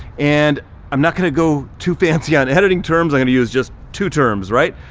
and i'm not gonna go too fancy on editing terms, i'm gonna use just two terms, right?